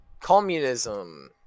Communism